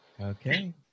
Okay